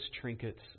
trinkets